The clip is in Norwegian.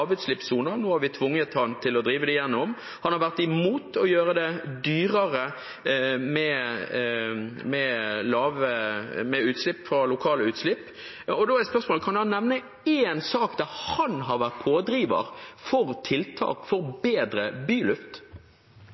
lavutslippssoner. Nå har vi tvunget ham til å drive det igjennom. Han har vært imot å gjøre det dyrere med lokale utslipp. Da er spørsmålet: Kan han nevne én sak der han har vært pådriver for tiltak for bedre byluft?